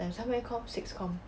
times how many com six com